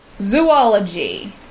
Zoology